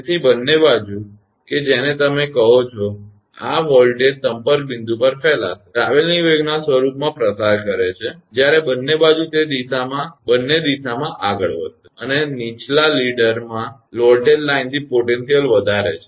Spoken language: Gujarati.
તેથી બંને બાજુ કે તમે જેને કહો છો આ વોલ્ટેજ સંપર્ક બિંદુ પર ફેલાશે ટ્રાવેલીંગ વેવના સ્વરૂપમાં પ્રસાર કરે છે જ્યારે બંને બાજુ તે બંને દિશામાં આગળ વધે છે અને નીચેના લીડરના વોલ્ટેજ લાઇનથી પોટેન્શિયલ વધારે છે